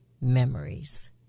memories